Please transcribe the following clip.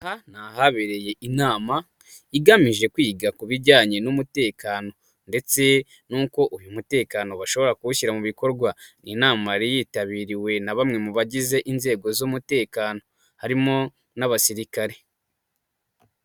AHa ni ahabereye inama, igamije kwiga ku bijyanye n'umutekano ndetse n'uko uyu mutekano bashobora kuwushyira mu bikorwa, iyi nama yari yitabiriwe na bamwe mu bagize inzego z'umutekano, harimo n'abasirikare.